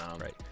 Right